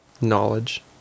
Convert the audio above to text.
knowledge